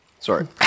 Sorry